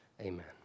amen